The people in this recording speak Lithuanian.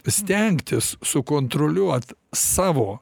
stengtis sukontroliuot savo